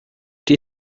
die